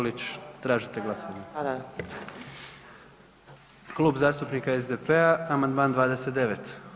Tražite glasovanje? [[Upadica: Da.]] Klub zastupnika SDP-a, amandman 29.